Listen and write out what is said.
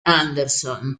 anderson